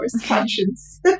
conscience